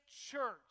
church